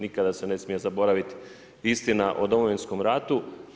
Nikada se ne smije zaboraviti istina o Domovinskom ratu.